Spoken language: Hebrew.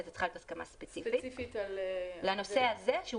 אלא היא צריכה להיות הסכמה ספציפית לנושא הזה כלומר שהוא